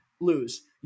lose